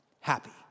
happy